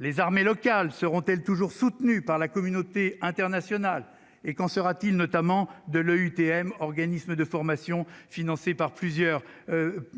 les armées locales seront-elles toujours soutenu par la communauté internationale et qu'en sera-t-il notamment. De l'EUTM, organismes de formation financée par plusieurs,